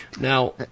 Now